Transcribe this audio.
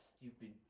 stupid